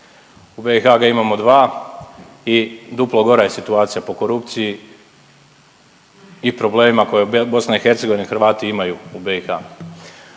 u BiH ga imamo 2 i duplo gora je situacija po korupciji i problemima koje BiH, Hrvati imaju u BiH.